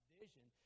vision